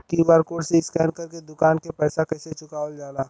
QR code से scan कर के दुकान के पैसा कैसे चुकावल जाला?